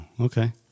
okay